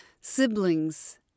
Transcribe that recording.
siblings